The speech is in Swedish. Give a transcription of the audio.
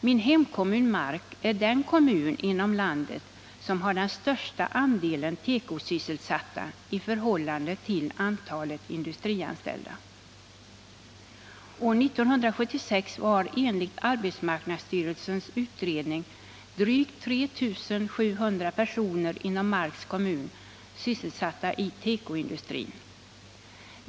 Min hemkommun Mark är den kommun inom landet som har den största andelen tekosysselsatta i förhållande till antalet industrianställda. År 1976 var enligt arbetsmarknadsstyrelsens utredning drygt 3 700 personer inom Marks kommun sysselsatta i tekoindustrin.